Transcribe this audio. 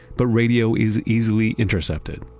but radio is easily intercepted,